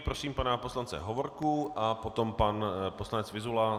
Prosím pana poslance Hovorku a potom pan poslanec Vyzula.